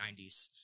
90s